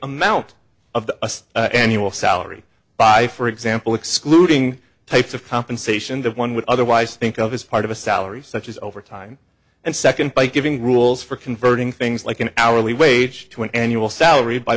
amount of the annual salary by for example excluding types of compensation that one would otherwise think of as part of a salary such as overtime and second by giving rules for converting things like an hourly wage to an annual salary by